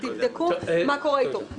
תבדקו מה קורה אתו כדי להיות פרקטיים.